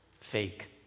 fake